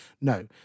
No